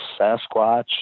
Sasquatch